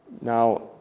Now